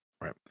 Right